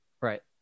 Right